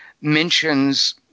mentions